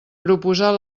proposar